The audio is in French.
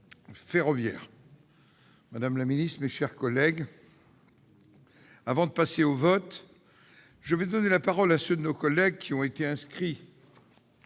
Madame la ministre, mes chers collègues, avant de passer au scrutin, je vais donner la parole à ceux de nos collègues qui ont été inscrits